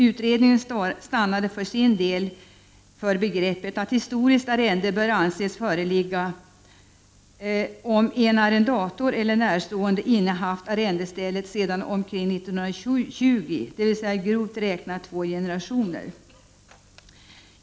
Utredningen stannade för sin del för begreppet att historiskt arrende bör anses föreligga om en arrendator eller närstående innehaft arrendestället sedan omkring 1920, dvs. grovt räknat två generationer.